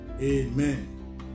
amen